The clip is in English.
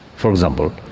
for example,